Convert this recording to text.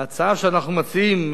ההצעה שאנחנו מציעים,